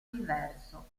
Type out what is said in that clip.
diverso